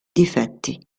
difetti